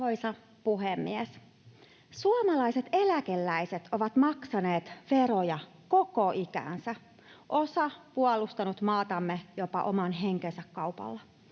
Suomalaiset eläkeläiset ovat maksaneet veroja koko ikänsä, osa puolustanut maatamme jopa oman henkensä kaupalla.